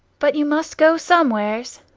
but you must go somewheres.